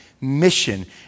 mission